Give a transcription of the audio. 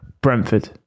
Brentford